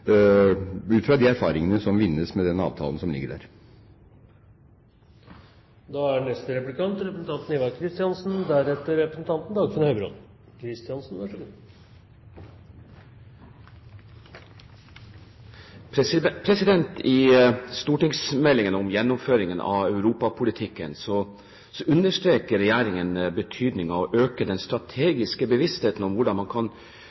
ut fra de erfaringene som vinnes med den avtalen som ligger der. I stortingsmeldingen om gjennomføringen av europapolitikken understreker regjeringen betydningen av å øke den strategiske bevisstheten om hvordan man kan utnytte mulighetene for kontakt med EU på ulike nivåer for å påvirke unionen, ikke minst gjennom deltakelse i EUs uformelle ministermøter. I første halvår var man